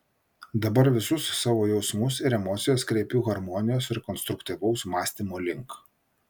dabar visus savo jausmus ir emocijas kreipiu harmonijos ir konstruktyvaus mąstymo link